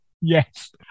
Yes